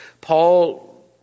Paul